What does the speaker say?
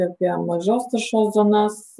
apie mažos taršos zonas